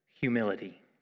humility